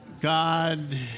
God